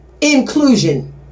inclusion